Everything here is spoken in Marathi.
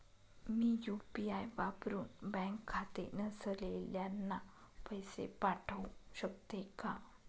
मी यू.पी.आय वापरुन बँक खाते नसलेल्यांना पैसे पाठवू शकते का?